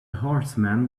horseman